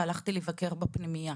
והלכתי לבקר בפנימייה.